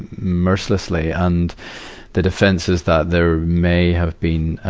mercilessly, and the defense is that there may have been,